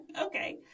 Okay